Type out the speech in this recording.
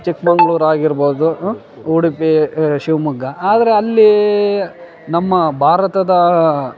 ಚಿಕ್ಕಮಗಳೂರು ಆಗಿರಬೌದು ಉಡುಪಿ ಶಿವಮೊಗ್ಗ ಆದರೆ ಅಲ್ಲಿ ನಮ್ಮ ಭಾರತದ